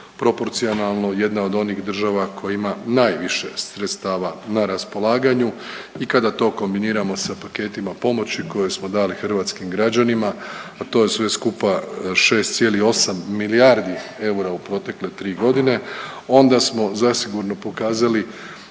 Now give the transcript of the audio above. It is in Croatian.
proporcionalno jedna od onih država koji ima najviše sredstava na raspolaganju i kada to kombiniramo sa paketima pomoći koje smo dali hrvatskim građanima, a to je sve skupa 6,8 milijardi eura u protekle 3.g., onda smo zasigurno pokazali